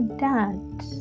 dad